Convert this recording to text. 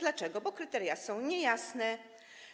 Dlatego że kryteria są niejasne,